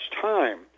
time